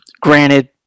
granted